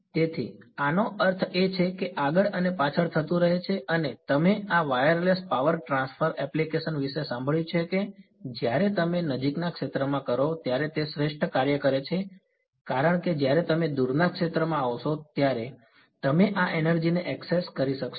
તેથી આનો અર્થ એ છે કે આગળ અને પાછળ થતું રહે છે અને તમે આ વાયરલેસ પાવર ટ્રાન્સફર એપ્લિકેશન્સ વિશે સાંભળ્યું છે કે જ્યારે તમે નજીકના ક્ષેત્રમાં કરો ત્યારે તે શ્રેષ્ઠ કાર્ય કરે છે કારણ કે જ્યારે તમે દૂરના ક્ષેત્રમાં આવશો ત્યારે તમે આ એનર્જી ને એક્સેસ કરી શકશો